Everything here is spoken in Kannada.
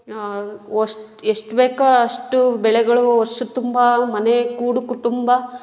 ಎಷ್ಟ್ ಎಷ್ಟು ಬೇಕೋ ಅಷ್ಟು ಬೆಳೆಗಳು ವರ್ಷ ತುಂಬ ಮನೆ ಕೂಡು ಕುಟುಂಬ